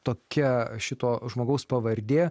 tokia šito žmogaus pavardė